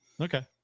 Okay